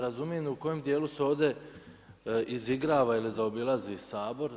Razumijem u kojem dijelu se ovdje izigrava ili zaobilazi Sabor.